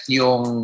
yung